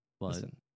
Listen